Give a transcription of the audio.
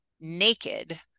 naked